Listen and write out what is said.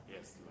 Yes